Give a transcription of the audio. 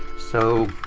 so.